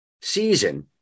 season